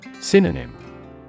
Synonym